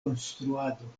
konstruado